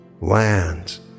lands